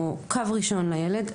שהוא קו ראשון לילד,